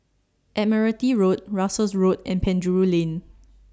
Admiralty Road Russels Road and Penjuru Lane